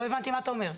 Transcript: לא הבנתי מה אתה אומר.